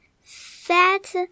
Fat